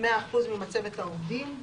100 אחוזים ממצבת העובדים,